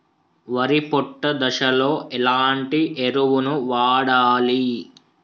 వరి పొట్ట దశలో ఎలాంటి ఎరువును వాడాలి?